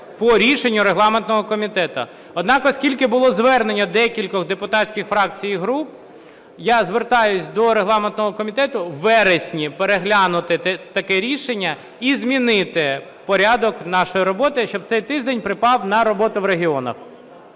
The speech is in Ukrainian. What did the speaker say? по рішенню регламентного комітету. Однак, оскільки було звернення декількох депутатських фракцій і груп, я звертаюся до регламентного комітету у вересні переглянути таке рішення і змінити порядок нашої роботи, щоб цей тиждень припав на роботу в регіонах.